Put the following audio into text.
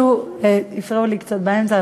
הפריעו לי קצת באמצע.